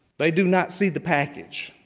they do not see the package.